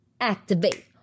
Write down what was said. Activate